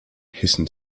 hissing